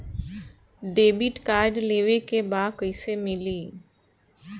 Debit card लेवे के बा कईसे मिली?